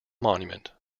monument